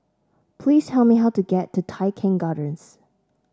please tell me how to get to Tai Keng Gardens